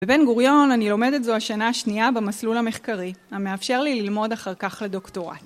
בבן גוריון אני לומדת זו השנה השנייה במסלול המחקרי המאפשר לי ללמוד אחר כך לדוקטורט.